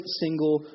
single